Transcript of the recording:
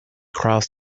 cross